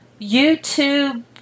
YouTube